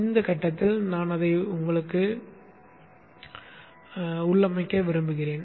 இந்த கட்டத்தில் நான் அதை உள்ளமைக்க விரும்புகிறேன்